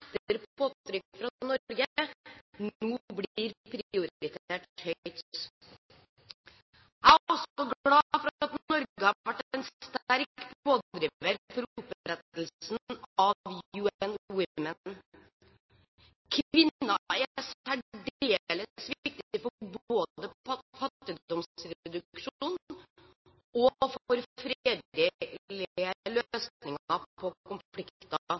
påtrykk fra Norge – nå blir prioritert høyt. Jeg er også glad for at Norge har vært en sterk pådriver for opprettelsen av UN Women. Kvinner er særdeles viktige både for fattigdomsreduksjon og for fredelige løsninger på